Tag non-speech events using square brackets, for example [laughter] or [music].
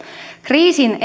kriisin [unintelligible]